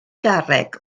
garreg